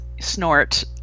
snort